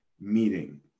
meeting